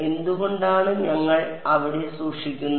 എന്തുകൊണ്ടാണ് ഞങ്ങൾ അവിടെ സൂക്ഷിക്കുന്നത്